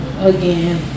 again